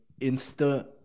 insta